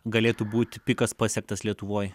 galėtų būt pikas pasiektas lietuvoj